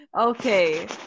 okay